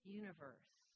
universe